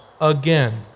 again